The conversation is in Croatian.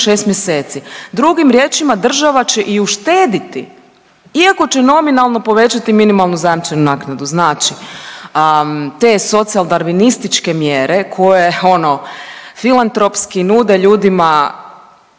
za 6 mjeseci. Drugim riječima država će i uštediti iako će nominalno povećati minimalnu zajamčenu naknadu. Znači, te socijal-darvinističke mjere koje ono filantropski nude ljudima